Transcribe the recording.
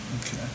Okay